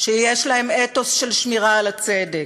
שיש להם אתוס של שמירה על הצדק,